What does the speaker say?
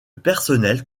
personnel